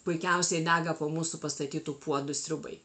puikiausiai dega po mūsų pastatytų puodu sriubai